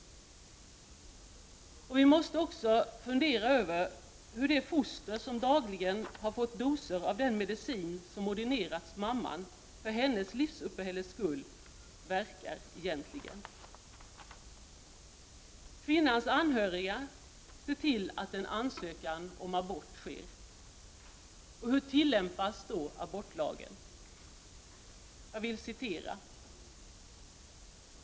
Man kan också undra hur fostret mår, som dagligen fått doser av den medicin mamman ordinerats för sitt livsuppehälles skull. Kvinnans anhöriga ser till att en ansökan om abort sker.